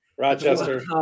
Rochester